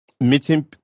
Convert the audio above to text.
meeting